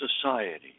Society